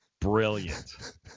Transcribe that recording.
Brilliant